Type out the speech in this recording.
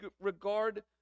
regard